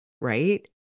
right